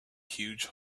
huge